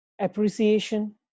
appreciation